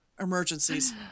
emergencies